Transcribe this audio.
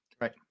Right